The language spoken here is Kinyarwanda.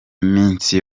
misi